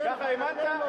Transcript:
ככה הבנת?